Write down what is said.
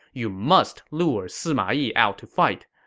you must lure sima yi out to fight,